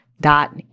dot